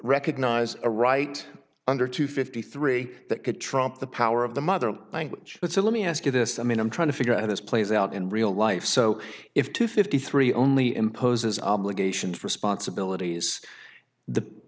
recognize a right under two fifty three that could trump the power of the mother language it's a let me ask you this i mean i'm trying to figure out how this plays out in real life so if two fifty three only imposes obligations responsibilities the the